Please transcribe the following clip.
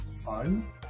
Fun